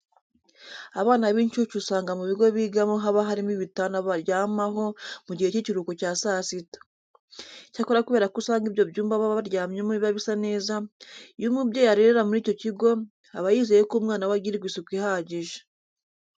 Abana b'incuke usanga mu bigo bigamo haba harimo ibitanda baryamaho mu gihe cy'ikiruhuko cya saa sita. Icyakora kubera ko usanga ibyo byumba baba baryamyemo biba bisa neza, iyo umubyeyi arerera muri icyo kigo aba yizeye ko umwana we agirirwa isuku ihagije.